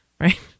right